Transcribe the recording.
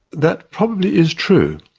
that probably is true.